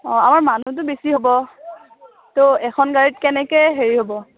অঁ আমাৰ মানুহটো বেছি হ'ব ত' এখন গাড়ীত কেনেকৈ হেৰি হ'ব